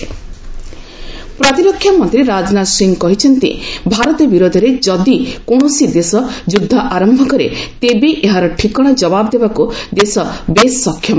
ରାଜନାଥ ସିଂହ ପ୍ରତିରକ୍ଷା ମନ୍ତ୍ରୀ ରାଜନାଥ ସିଂହ କହିଛନ୍ତି ଭାରତ ବିରୋଧରେ ଯଦି କୌଣସି ଦେଶ ଯୁଦ୍ଧ ଆରମ୍ଭ କରେ ତେବେ ଏହାର ଠିକଣା ଜବାବ୍ ଦେବାକ୍ ଦେଶ ବେଶ୍ ସକ୍ଷମ